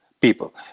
people